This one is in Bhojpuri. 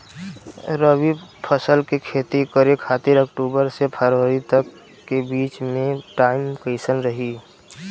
रबी फसल के खेती करे खातिर अक्तूबर से फरवरी तक के बीच मे टाइम कैसन रही?